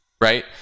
right